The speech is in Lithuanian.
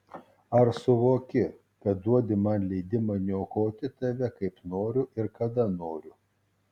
ar suvoki kad duodi man leidimą niokoti tave kaip noriu ir kada noriu